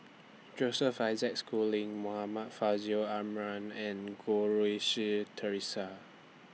Joseph Isaac Schooling Muhammad Faishal Ibrahim and Goh Rui Si Theresa